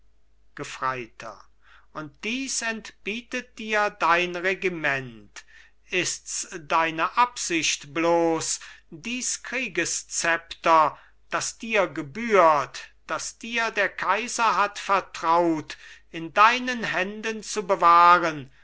gefreiter und dies entbietet dir dein regiment ists deine absicht bloß dies kriegesszepter das dir gebührt das dir der kaiser hat vertraut in deinen händen zu bewahren